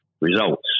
results